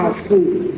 schools